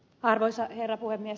arvoisa herra puhemies